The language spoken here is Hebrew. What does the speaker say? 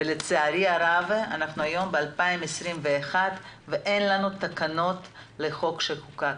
ולצערי הרב אנחנו ב-2021 ואין לנו תקנות לחוק שנחקק.